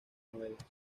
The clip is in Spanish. novelas